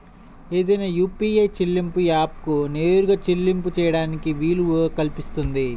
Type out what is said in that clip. ఏదైనా యూ.పీ.ఐ చెల్లింపు యాప్కు నేరుగా చెల్లింపులు చేయడానికి వీలు కల్పిస్తుంది